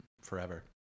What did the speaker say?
Forever